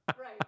Right